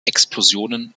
explosionen